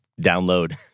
download